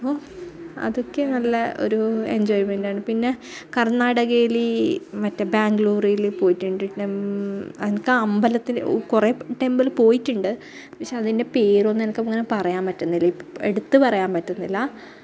അതൊക്കെ നല്ല ഒരു എന്ജോയിമെൻറ്റാണ് പിന്നെ കര്ണാടകയിൽ ഈ മറ്റെ ബാംഗ്ലൂരിൽ പോയിട്ടുണ്ട് എനിക്ക് അമ്പലത്തിൽ കുറേ ടെമ്പിള് പോയിട്ടുണ്ട് പക്ഷെ അതിന്റെ പേരൊന്നും എനിക്ക് അങ്ങനെ പറയാന് പറ്റുന്നില്ല എടുത്ത് പറയാന് പറ്റുന്നില്ല